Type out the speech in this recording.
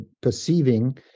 perceiving